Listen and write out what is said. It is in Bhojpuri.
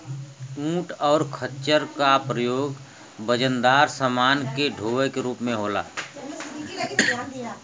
ऊंट और खच्चर का प्रयोग वजनदार समान के डोवे के रूप में होला